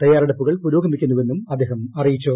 തയ്യാറെടുപ്പുകൾ പുരോഗമിക്കുന്നുവെന്നും അദ്ദേഹം അറിയിച്ചു